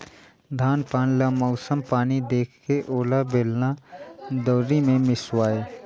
धान पान ल मउसम पानी देखके ओला बेलना, दउंरी मे मिसवाए